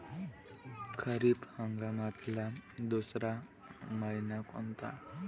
खरीप हंगामातला दुसरा मइना कोनता?